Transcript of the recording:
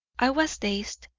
i was dazed,